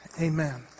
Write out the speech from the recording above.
Amen